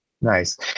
Nice